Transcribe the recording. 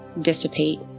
dissipate